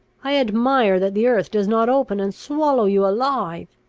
i admire that the earth does not open and swallow you alive!